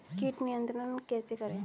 कीट नियंत्रण कैसे करें?